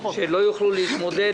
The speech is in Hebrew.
שלא יוכלו להתמודד.